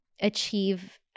achieve